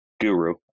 guru